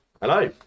Hello